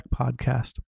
Podcast